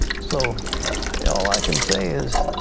so all i can say is,